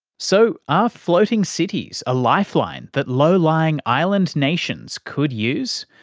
so, are floating cities a lifeline that low-lying island nations could use?